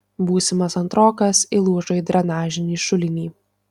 būsimas antrokas įlūžo į drenažinį šulinį